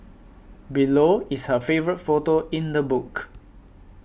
below is her favourite photo in the book